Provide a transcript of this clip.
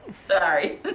Sorry